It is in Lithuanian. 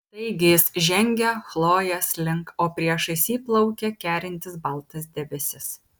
taigi jis žengia chlojės link o priešais jį plaukia kerintis baltas debesis